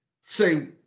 Say